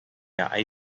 hai